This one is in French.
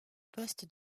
poste